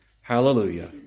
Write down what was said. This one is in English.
Hallelujah